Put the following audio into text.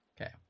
Okay